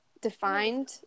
Defined